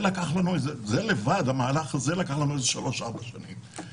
המהלך הזה לבדו לקח כשלוש-ארבע שנים.